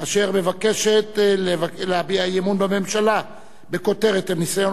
אשר מבקשת להביע אי-אמון בממשלה בכותרת: הניסיון